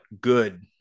good